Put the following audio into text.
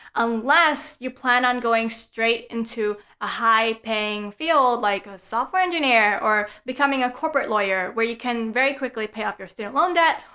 unless, you plan on going straight into a high-paying field like a software engineer or becoming a corporate lawyer where you can very quickly pay off your student loan debt.